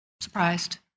surprised